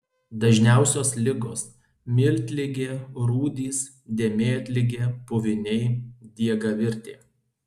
dažniausios ligos miltligė rūdys dėmėtligė puviniai diegavirtė